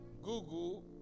Google